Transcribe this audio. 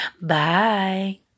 bye